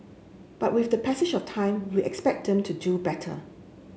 but with the passage of time we expect them to do better